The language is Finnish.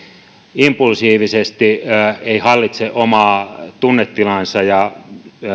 impulsiivisesti ei hallitse omaa tunnetilaansa ja